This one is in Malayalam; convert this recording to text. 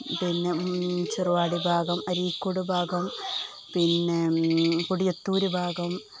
പിന്നെ ചെറുവാടി ഭാഗം അരീക്കോട് ഭാഗം പിന്നെ കൊടിയത്തൂര് ഭാഗം